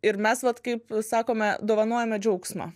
ir mes vat kaip sakome dovanojame džiaugsmą